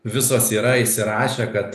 visos yra įsirašę kad